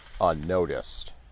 unnoticed